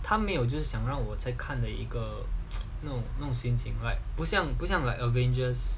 他没有就是想让我在看的一个 you know know 心情 right 不像不像 like oranges